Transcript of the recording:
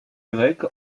grec